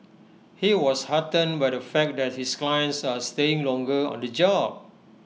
he was heartened by the fact that his clients are staying longer on the job